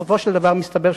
מסתבר,